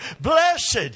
Blessed